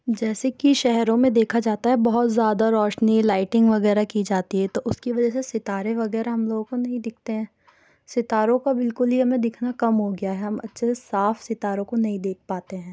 جیسے کہ شہروں میں دیکھا جاتا ہے بہت زیارہ روشنی لائٹنگ وغیرہ کہ جاتی ہے تو اُس کی وجہ سے ستارے وغیرہ ہم لوگوں کو نہیں دکھتے ہیں ستاروں کا بالکل ہی ہمیں دکھنا کم ہو گیا ہے ہم اچھے سے صاف ستاروں کو نہیں دیکھ پاتے ہیں